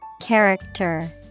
Character